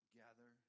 gather